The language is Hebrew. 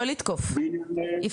-- לא לתקוף, יפתח.